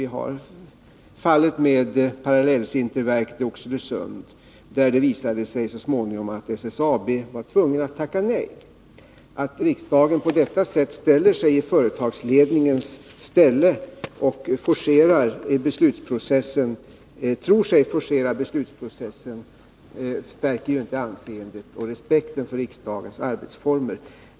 Vi har fallet med parallellsinterverket i Oxelösund, där det så småningom visade sig att SSAB var tvunget att tacka nej. Att riksdagen på detta sätt sätter sig i företagsledningens ställe och tror sig forcera beslutsprocessen stärker inte anseendet och respekten för riksdagens arbetsformer.